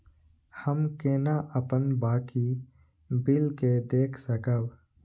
हम केना अपन बाकी बिल के देख सकब?